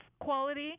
quality